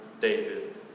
David